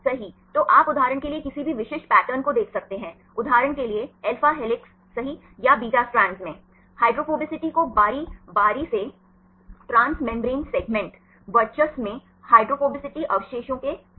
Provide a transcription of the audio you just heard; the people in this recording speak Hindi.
सही तो आप उदाहरण के लिए किसी भी विशिष्ट पैटर्न को देख सकते हैं उदाहरण के लिए अल्फा हेलिस सही या बीटा स्ट्रैंड्स में हाइड्रोफोबिसिटी को बारी बारी से ट्रांसफ़ेम्ब्रेन सेगमेंट वर्चस्व में हाइड्रोफोबिक अवशेषों के साथ